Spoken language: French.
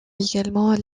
également